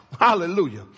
hallelujah